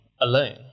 alone